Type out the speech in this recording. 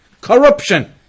corruption